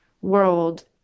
world